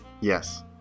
Yes